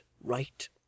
right